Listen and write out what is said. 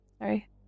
Sorry